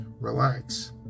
relax